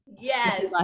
yes